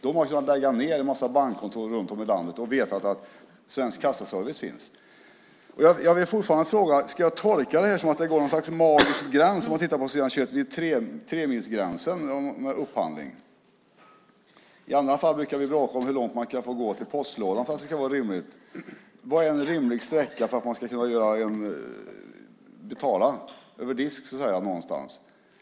De har kunnat lägga ned en massa bankkontor och vetat att Svensk Kassaservice finns. Ska jag tolka det som att det går någon sorts magisk gräns vid tremilsgränsen med upphandling? I andra fall brukar vi bråka om hur långt man kan få gå till postlådan för att det ska vara rimligt. Vad är en rimlig sträcka för att man ska kunna betala över disk någonstans?